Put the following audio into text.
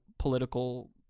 Political